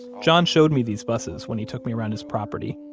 john showed me these buses when he took me around his property.